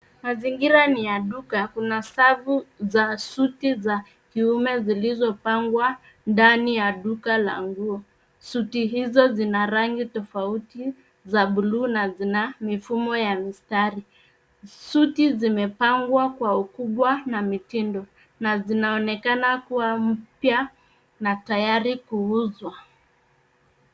Mazingira ni ya duka. Kuna stavu za suti za kiume zilizopangwa ndani ya duka la nguo. Suti hizo zina rangi tofauti za buluu na zina mifumo ya mistari. Suti zimepangwa kwa ukubwa na mitindo, na zinaonekana kuwa mpya na tayari kuuzwa.